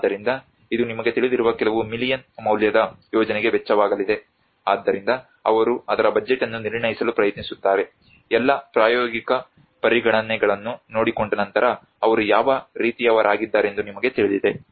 ಆದ್ದರಿಂದ ಇದು ನಿಮಗೆ ತಿಳಿದಿರುವ ಕೆಲವು ಮಿಲಿಯನ್ ಮೌಲ್ಯದ ಯೋಜನೆಗೆ ವೆಚ್ಚವಾಗಲಿದೆ ಆದ್ದರಿಂದ ಅವರು ಅದರ ಬಜೆಟ್ ಅನ್ನು ನಿರ್ಣಯಿಸಲು ಪ್ರಯತ್ನಿಸುತ್ತಾರೆ ಎಲ್ಲಾ ಪ್ರಾಯೋಗಿಕ ಪರಿಗಣನೆಗಳನ್ನು ನೋಡಿಕೊಂಡ ನಂತರ ಅವರು ಯಾವ ರೀತಿಯವರಾಗಿದ್ದಾರೆಂದು ನಿಮಗೆ ತಿಳಿದಿದೆ